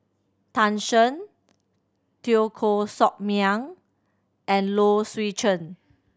Tan Shen Teo Koh Sock Miang and Low Swee Chen